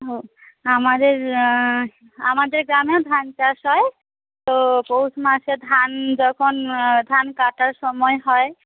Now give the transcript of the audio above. ও আমাদের আমাদের গ্রামেও ধান চাষ হয় তো পৌষ মাসে ধান যখন ধান কাটার সময় হয়